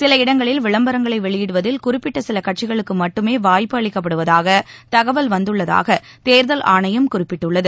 சில இடங்களில் விளம்பரங்களை வெளியிடுவதில் குறிப்பிட்ட சில கட்சிகளுக்கு மட்டுமே வாய்ப்பு அளிக்கப்படுவதாக தகவல் வந்துள்ளதாக தேர்தல் ஆணையம் குறிப்பிட்டுள்ளது